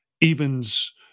evens